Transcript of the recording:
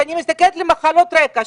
כשאני מסתכלת על מחלות רקע,